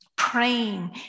praying